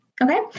Okay